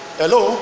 hello